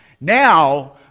now